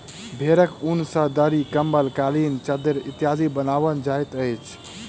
भेंड़क ऊन सॅ दरी, कम्बल, कालीन, चद्दैर इत्यादि बनाओल जाइत अछि